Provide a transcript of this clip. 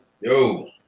Yo